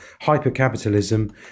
hyper-capitalism